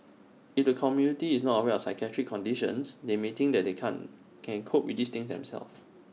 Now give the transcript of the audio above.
if the community is not aware of psychiatric conditions they may think that they can't can cope with these things themselves